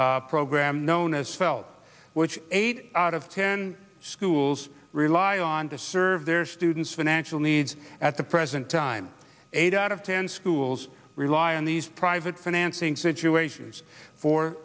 n program known as felt which eight out of ten schools rely on to serve their students financial needs at the present time eight out of ten schools rely on these private financing situations for